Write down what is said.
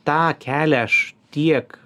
tą kelią aš tiek